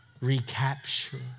recapture